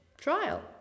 trial